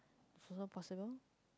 also possible